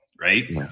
right